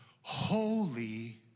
Holy